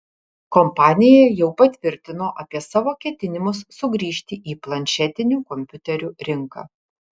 kompanija jau patvirtino apie savo ketinimus sugrįžti į planšetinių kompiuterių rinką